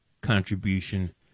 contribution